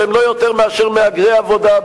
שהם לא יותר מאשר מהגרי עבודה,